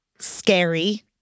scary